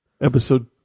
Episode